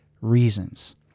reasons